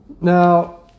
Now